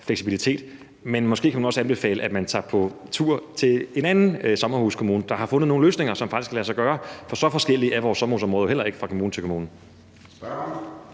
fleksibilitet. Men måske kan man også anbefale, at man tager på tur til en anden sommerhuskommune, der har fundet nogle løsninger, som faktisk kan lade sig gøre. For så forskellige er vores sommerhusområder jo heller ikke fra kommune til kommune.